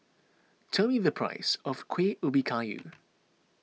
tell me the price of Kueh Ubi Kayu